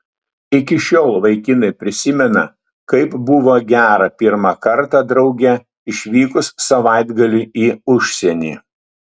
iki šiol vaikinai prisimena kaip buvo gera pirmą kartą drauge išvykus savaitgaliui į užsienį